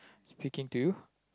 speaking to you